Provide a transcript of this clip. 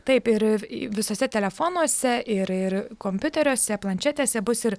taip ir visuose telefonuose ir ir kompiuteriuose planšetėse bus ir